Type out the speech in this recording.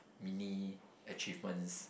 mini achievements